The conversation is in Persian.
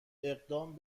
اقدام